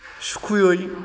सुखुयै